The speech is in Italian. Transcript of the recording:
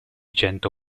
cento